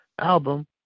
album